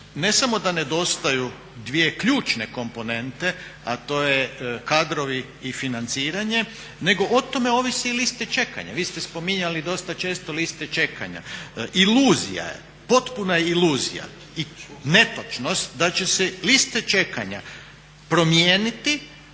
ne samo da nedostaju dvije ključne komponente a to je kadrovi i financiranje nego o tome ovise i liste čekanja. Vi ste spominjali i dosta često liste čekanja. Iluzija je, potpuna iluzija i netočnost da će se liste čekanja promijeniti